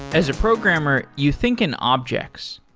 as a programmer, you think an object.